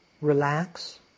Relax